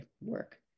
work